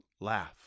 laugh